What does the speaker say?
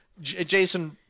Jason